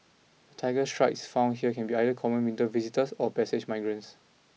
The Tiger Shrikes found here can be either common winter visitors or passage migrants